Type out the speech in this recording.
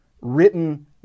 written